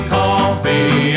coffee